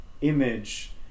image